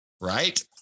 right